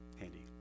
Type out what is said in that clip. handy